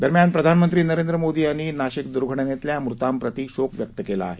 दरम्यान प्रधानमंत्री नरेंद्र मोदी यांनी नाशिक दूर्घटनेतल्या मृतांप्रती शोक व्यक्त केला आहे